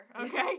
okay